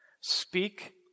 Speak